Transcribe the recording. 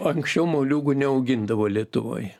anksčiau moliūgų neaugindavo lietuvoj